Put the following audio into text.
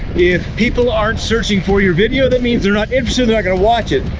if people aren't searching for your video, that means they're not interested. they're not gonna watch it.